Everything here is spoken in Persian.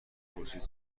پرسید